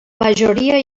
majoria